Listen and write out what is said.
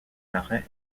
marins